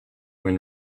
when